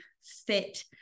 fit